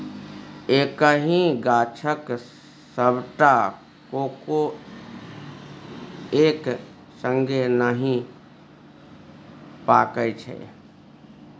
एक्कहि गाछक सबटा कोको एक संगे नहि पाकय छै